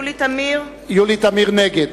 (קוראת בשמות חברי הכנסת) יולי תמיר, נגד